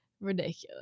ridiculous